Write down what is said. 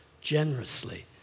generously